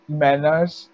manners